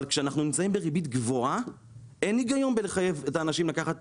אבל כשאנחנו נמצאים בריבית גבוהה אין היגיון בלחייב את האנשים לקחת